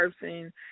person